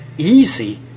Easy